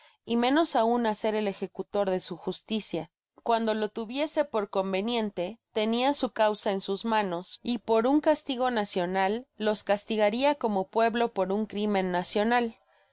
y menos aun á ser el ejecutor de su justicia cuando lo tuviese por conveniente tenia su causa en sus manos y por un castigo nacional los castigaria como pueblo por un crimen nacional